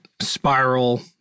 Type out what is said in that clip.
spiral